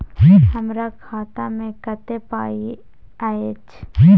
हमरा खाता में कत्ते पाई अएछ?